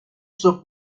suo